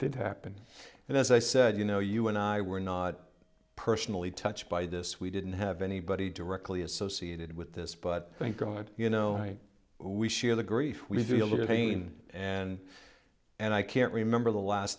did happen and as i said you know you and i were not personally touched by this we didn't have anybody directly associated with this but thank god you know we share the grief we feel the pain and and i can't remember the last